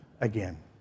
again